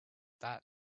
that